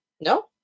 No